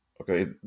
Okay